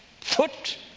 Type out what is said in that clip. foot